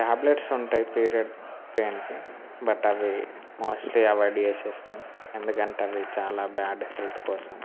tablets ఉంటాయి period పేయిన్కి but అవి మోస్ట్లీ అవాయిడ్ చేసేస్తాము ఎందుకంటే అవి చాలా బ్యాడ్ హెల్త్ కోసం